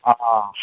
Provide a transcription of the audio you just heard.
অঁ অঁ